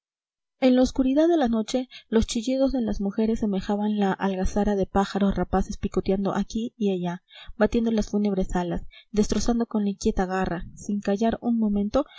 en la oscuridad de la noche los chillidos de las mujeres semejaban la algazara de pájaros rapaces picoteando aquí y allá batiendo las fúnebres alas destrozando con la inquieta garra sin callar un momento